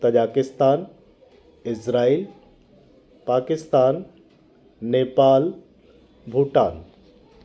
Tajikistan Israel Pakistan Nepal Bhutan